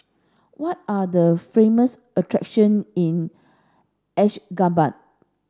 what are the famous attraction in Ashgabat